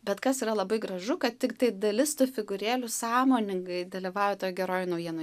bet kas yra labai gražu kad tiktai dalis tų figūrėlių sąmoningai dalyvauja toj gerojoj naujienoj